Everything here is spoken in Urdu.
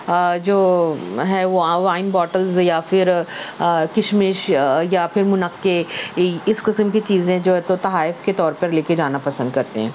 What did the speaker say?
جو ہے وہ وائن بوٹلز یا پھر کشمکش یا پھر منقے اس قسم کی چیزیں جو ہے تو تحائف کے طور پر لے کے جانا پسند کرتے ہیں